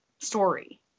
story